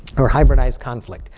or hybridized conflict.